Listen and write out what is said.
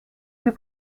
plus